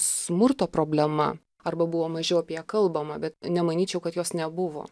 smurto problema arba buvo mažiau apie ją kalbama bet nemanyčiau kad jos nebuvo